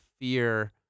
fear